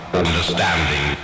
understanding